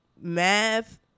math